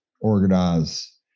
organize